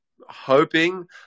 hoping